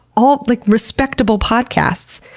all like respectable podcasts,